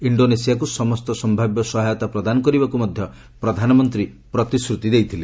ଇଶୋନେସିଆକ୍ର ସମସ୍ତ ସମ୍ଭାବ୍ୟ ସହାୟତା ପ୍ରଦାନ କରିବାକୁ ମଧ୍ୟ ପ୍ରଧାନମନ୍ତ୍ରୀ ପ୍ରତିଶ୍ରତି ଦେଇଥିଲେ